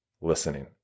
Listening